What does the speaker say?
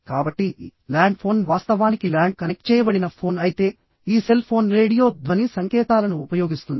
కాబట్టి land phone వాస్తవానికి land కనెక్ట్ చేయబడిన ఫోన్ అయితే ఈ సెల్ ఫోన్ రేడియో ధ్వని సంకేతాలను ఉపయోగిస్తుంది